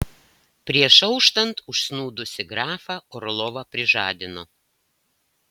prieš auštant užsnūdusį grafą orlovą prižadino